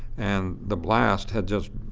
and the blast had just